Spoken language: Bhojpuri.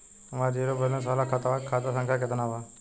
हमार जीरो बैलेंस वाला खतवा के खाता संख्या केतना बा?